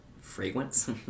Fragrance